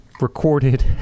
recorded